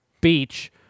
beach